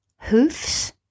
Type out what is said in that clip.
hoofs